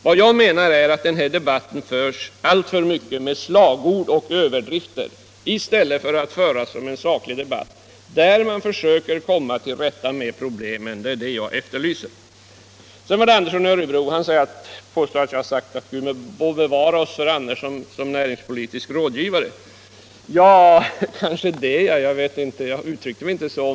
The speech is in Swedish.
Vad jag menar är att den här debatten alltför mycket förs med slagord och överdrifter i stället för att föras som en saklig debatt, där man försöker att komma till rätta med problemen. Det är det som jag efterlyser. Herr Andersson i Örebro påstår att jag har bett Gud bevara oss för herr Andersson som näringspolitisk rådgivare. Ja, gärna det, om han så vill, men jag uttryckte mig inte så.